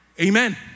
Amen